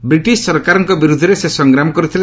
British ସରକାରଙ୍କ ବିରୁଦ୍ଧରେ ସେ ସଂଗ୍ରାମ କରିଥିଲେ